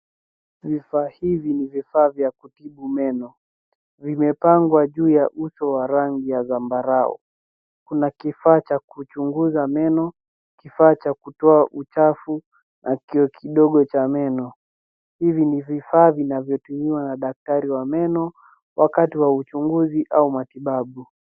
Vifaa hivi ni vifaa vya kutibu meno. Vimepangwa juu ya uso wa rangi ya zambarau. Kuna kifaa cha kuchunguza meno, kifaa cha kutoa uchafu na kioo kidogo cha meno. Hivi ni vifaa vinavyotumiwa na daktari wa meno wakati wa uchunguzi au matibabu.